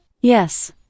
Yes